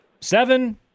seven